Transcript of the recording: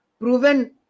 proven